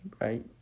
right